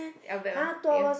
aloe vera ya